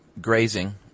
grazing